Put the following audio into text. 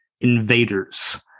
invaders